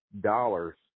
dollars